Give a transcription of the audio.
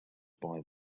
buy